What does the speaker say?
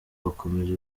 bakomeza